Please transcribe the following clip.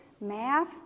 Math